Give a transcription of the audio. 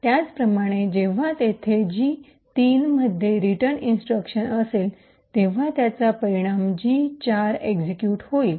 त्याचप्रमाणे जेव्हा तेथे जी 3 मध्ये रिटर्न इंस्ट्रक्शन असेल तेव्हा त्याचा परिणाम जी 4 एक्सिक्यूट होईल